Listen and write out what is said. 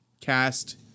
cast